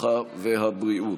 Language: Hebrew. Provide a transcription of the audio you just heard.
הרווחה והבריאות.